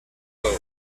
juego